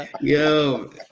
Yo